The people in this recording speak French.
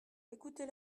écoutez